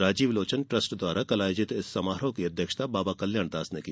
Rajiv Lochan trust द्वारा कल आयोजित इस समारोह की अध्यक्षता बाबा कल्याणदास ने किया